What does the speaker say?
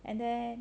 then